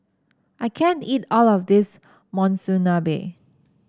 I can't eat all of this Monsunabe